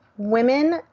Women